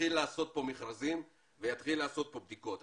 יתחיל לעשות פה מכרזים ויתחיל לעשות פה בדיקות,